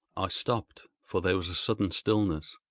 i stopped, for there was a sudden stillness.